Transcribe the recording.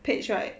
page right